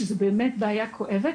שזו באמת בעיה כואבת.